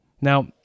Now